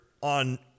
on